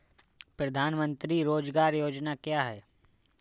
प्रधानमंत्री रोज़गार योजना क्या है?